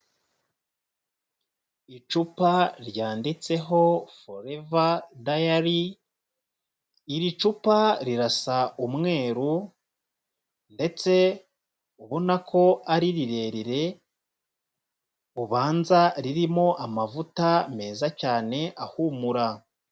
Icupa ryanditseho Forever dialy, iri cupa rirasa umweru ndetse ubonako ari rirerire, ubanza ririmo amavuta meza cyane, ahumura.